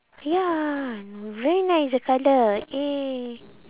ya very nice the colour eh